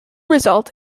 result